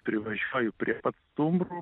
privažiuoju prie pat stumbrų